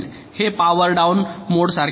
हे power down मोडसारखे आहे